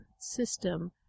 system